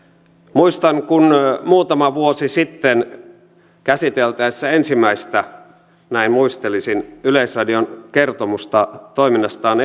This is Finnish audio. muistan kun muutama vuosi sitten käsiteltäessä ensimmäistä näin muistelisin yleisradion kertomusta toiminnastaan